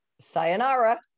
sayonara